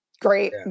Great